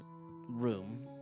room